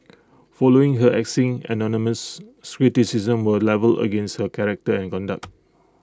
following her axing anonymous criticisms were levelled against her character and conduct